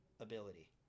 ability